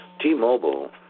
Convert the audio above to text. T-Mobile